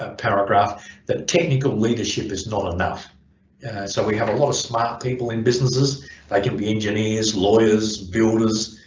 ah paragraph that a technical leadership is not enough so we have a lot of smart people in businesses they can be engineers, lawyers, builders,